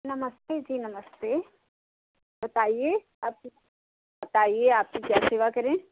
नमस्ते जी नमस्ते बताइए आप बताइए आपकी क्या सेवा करें